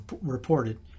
reported